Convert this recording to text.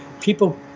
people